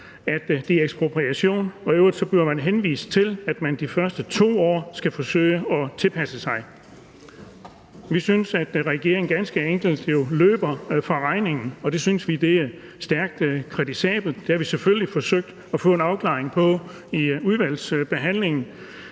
at det er ekspropriation, og i øvrigt bliver man henvist til, at man de første 2 år skal forsøge at tilpasse sig. Vi synes, regeringen ganske enkelt løber fra regningen, og det synes vi er stærkt kritisabelt. Det har vi selvfølgelig forsøgt at få en afklaring på i udvalgsbehandlingen,